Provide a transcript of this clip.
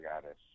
goddess